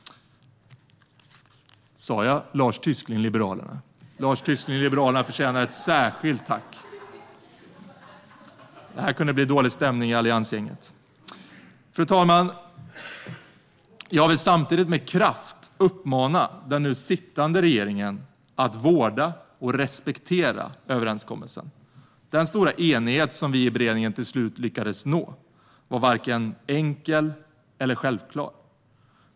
Sa jag tack till Lars Tysklind, Liberalerna? Lars Tysklind förtjänar ett särskilt tack! Det här hade kunnat ge dålig stämning i alliansgänget. Fru talman! Jag vill samtidigt med kraft uppmana den nu sittande regeringen att vårda och respektera överenskommelsen. Den stora enighet vi i beredningen till slut lyckades nå var varken enkel eller självklar.